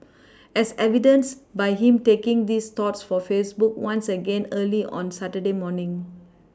as evidenced by him taking his thoughts to Facebook once again early on Saturday morning